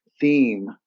theme